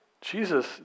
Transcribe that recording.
Jesus